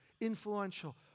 influential